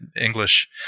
English